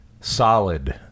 solid